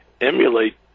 emulate